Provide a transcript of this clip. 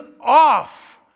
off